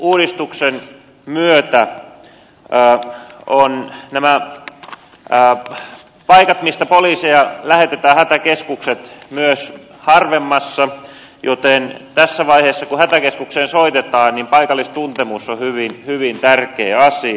hätäkeskusuudistuksen myötä ovat nämä paikat mistä poliiseja lähetetään hätäkeskukset myös harvemmassa joten tässä vaiheessa kun hätäkeskukseen soitetaan paikallistuntemus on hyvin tärkeä asia